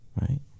right